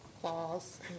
claws